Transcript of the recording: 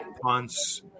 punts